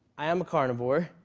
i am a carnivore.